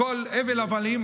הכול הבל הבלים,